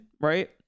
right